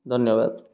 ଧନ୍ୟବାଦ